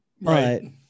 Right